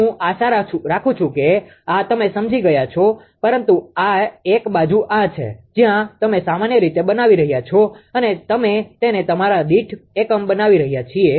હું આશા રાખું છું કે આ તમે સમજી ગયા છો પરંતુ એક બાજુ આ છે જ્યાં તમે સામાન્ય રીતે બનાવી રહ્યા છો અમે તેને તમારા દીઠ એકમ બનાવીએ છીએ